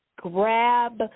grab